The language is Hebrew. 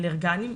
לאלרגנים,